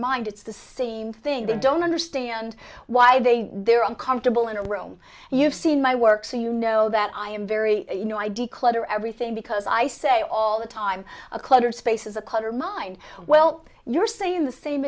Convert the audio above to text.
mind it's the same thing they don't understand why they they're uncomfortable in a room you've seen my work so you know that i am very you know id clutter everything because i say all the time a clutter space is a clutter mind well you're saying the same